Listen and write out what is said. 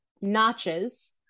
Notches